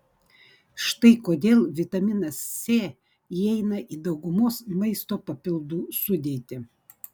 štai kodėl vitaminas c įeina į daugumos maisto papildų sudėtį